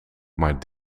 maar